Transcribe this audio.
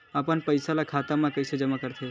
अपन पईसा खाता मा कइसे जमा कर थे?